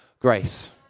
grace